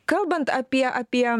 kalbant apie apie